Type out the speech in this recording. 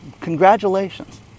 congratulations